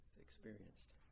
experienced